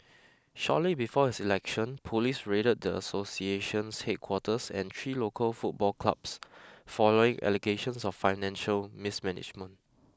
shortly before his election police raided the association's headquarters and three local football clubs following allegations of financial mismanagement